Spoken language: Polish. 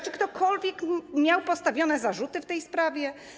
Czy ktokolwiek miał postawione zarzuty w tej sprawie?